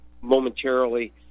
momentarily